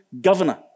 governor